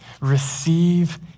Receive